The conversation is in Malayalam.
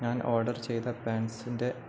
ഞാൻ ഓർഡർ ചെയ്ത പാൻസിൻ്റെ